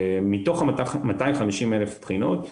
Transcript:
מתוך 250,000 בחינות,